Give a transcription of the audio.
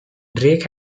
drake